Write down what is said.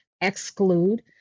exclude